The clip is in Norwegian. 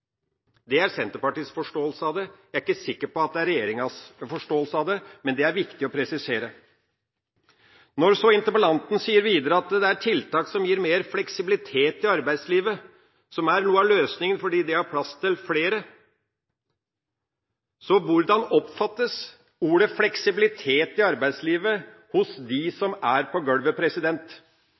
Det er Senterpartiets forståelse av det. Jeg er ikke sikker på om det er regjeringas forståelse av det, men det er viktig å presisere. Når så interpellanten sier videre at det er tiltak som gir mer fleksibilitet i arbeidslivet som er noe av løsningen, fordi det gir plass til flere, hvordan oppfattes ordene «fleksibilitet i arbeidslivet» av dem som er på